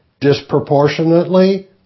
disproportionately